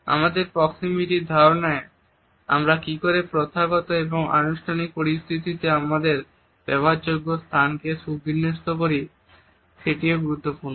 আমাদের প্রক্সিমিটির ধারণায় আমরা কি করে প্রথাগত এবং আনুষ্ঠানিক পরিস্থিতিতে আমাদের ব্যবহারযোগ্য স্থানকে সুবিন্যস্ত করি সেটিও গুরুত্বপূর্ণ